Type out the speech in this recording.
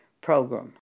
program